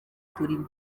turimo